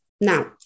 Now